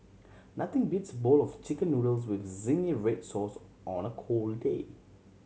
nothing beats bowl of Chicken Noodles with zingy red sauce on a cold day